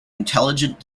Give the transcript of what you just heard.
intelligent